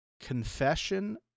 Confession